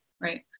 Right